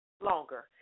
longer